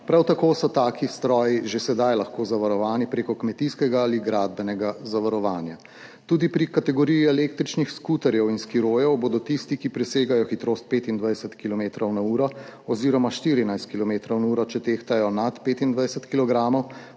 Prav tako so taki stroji že sedaj lahko zavarovani prek kmetijskega ali gradbenega zavarovanja. Tudi pri kategoriji električnih skuterjev in skirojev bodo tisti, ki presegajo hitrost 25 kilometrov na uro oziroma 14 kilometrov na uro, če tehtajo nad 25